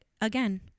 again